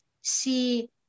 see